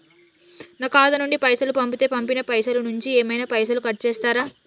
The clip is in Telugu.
నా ఖాతా నుండి పైసలు పంపుతే పంపిన పైసల నుంచి ఏమైనా పైసలు కట్ చేత్తరా?